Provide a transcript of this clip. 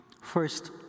First